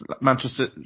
Manchester